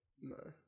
no